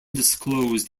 disclosed